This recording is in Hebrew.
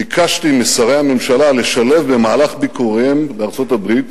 ביקשתי משרי הממשלה לשלב במהלך ביקוריהם בארצות-הברית